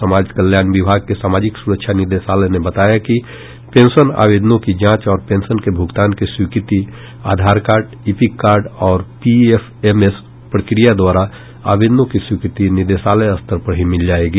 समाज कल्याण विभाग के सामाजिक सुरक्षा निदेशालय ने बताया कि पेंशन आवेदनों की जांच और पेंशन के भुगतान की स्वीकृति आधार कार्ड ईपिक कार्ड और पीएफएमएस प्रक्रिया द्वारा आवेदनों की स्वीकृति निदेशालय स्तर पर ही मिल जायेगी